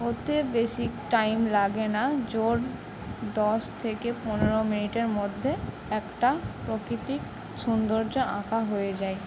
এতে বেশি টাইম লাগে না জোর দশ থেকে পনেরো মিনিটের মধ্যে একটা প্রাকৃতিক সুন্দর্য আঁকা হয়ে যায়